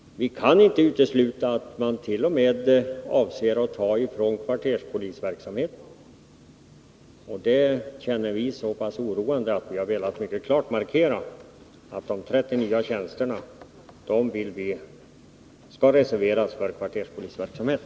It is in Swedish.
Vi kan inte utesluta att man avser att ta tjänstert.o.m. från kvarterspolisverksamheten. Det tycker vi är så oroande att vi mycket klart velat markera att de 30 nya tjänsterna skall reservas för kvarterspolisverksamhet.